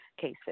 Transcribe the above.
cases